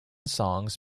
songs